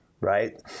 right